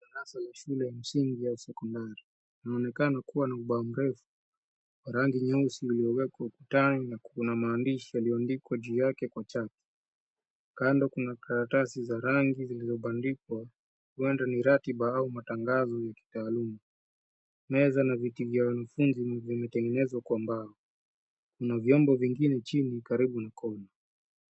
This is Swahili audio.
Darasa la shule ya msingi au sekondari kunaonekana kuwa na ubao mrefu wa rangi nyeusi uliowekwa ukutani na kuna maandishi yaliyoandikwa juu yake Kwa chati. Kando kuna karatasi za rangi zilizobandikwa labda ni ratiba au matangazo ya kitaalum. Meza na viti vya wanafunzi zimetengenezwa kwa mbao. Kuna vyombo vingine chini karibu na kona.